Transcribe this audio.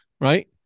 right